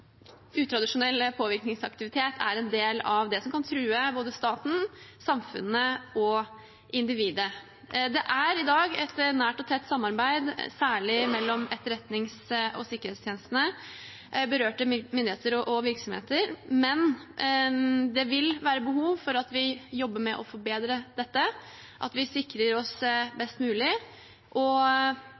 utradisjonell påvirkningsaktivitet er en del av det som kan true både staten, samfunnet og individet. Det er i dag et nært og tett samarbeid, særlig mellom etterretnings- og sikkerhetstjenestene og berørte myndigheter og virksomheter, men det vil være behov for at vi jobber med å forbedre dette, at vi sikrer oss best mulig, at vi videreutvikler samarbeidet og